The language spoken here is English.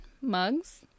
mugs